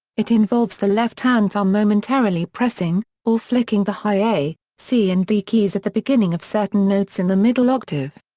it involves the left hand thumb momentarily pressing, or flicking the high a, c and d keys at the beginning of certain notes in the middle octave.